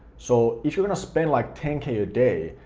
so if you're gonna spend like ten k a day,